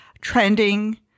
trending